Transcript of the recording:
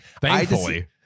Thankfully